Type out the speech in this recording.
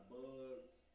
bugs